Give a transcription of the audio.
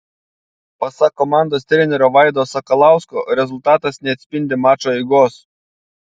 pasak komandos trenerio vaido sakalausko rezultatas neatspindi mačo eigos